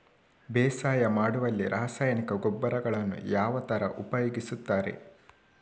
ಬೇಸಾಯ ಮಾಡುವಲ್ಲಿ ರಾಸಾಯನಿಕ ಗೊಬ್ಬರಗಳನ್ನು ಯಾವ ತರ ಉಪಯೋಗಿಸುತ್ತಾರೆ?